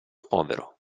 povero